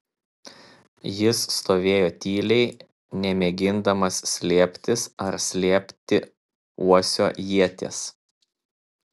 jis stovėjo tyliai nemėgindamas slėptis ar slėpti uosio ieties